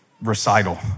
recital